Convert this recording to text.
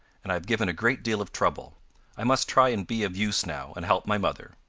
and have given a great deal of trouble i must try and be of use now, and help my mother.